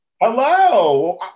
Hello